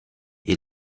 est